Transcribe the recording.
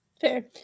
Fair